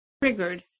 triggered